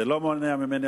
זה לא מונע ממני,